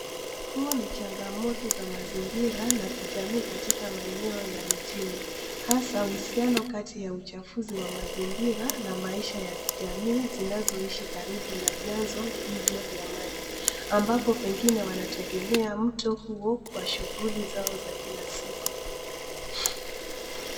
Huu ni changamoto wa mazingira na kijamii katika maeneo ya mijini, hasa uhusiano kati ya uchafuzi wa mazingira na maisha ya kijamii zinazoishi karibu na vyanzo hivyo vya maji, ambapo pengine wanategemea mto huo kwa shughuli zao za kila siku.